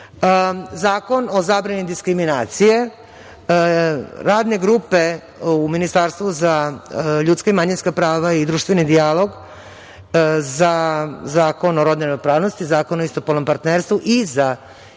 o zabrani diskriminacije. Radne grupe u Ministarstvu za ljudska i manjinska prava i društveni dijalog za Zakon o rodnoj ravnopravnosti, Zakon o istopolnom partnerstvu i za izmene